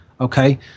okay